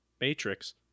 Matrix